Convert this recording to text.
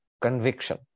conviction